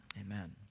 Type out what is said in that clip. Amen